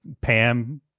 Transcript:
Pam